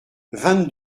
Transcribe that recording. vingt